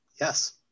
Yes